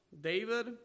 David